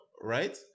right